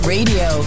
Radio